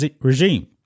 regime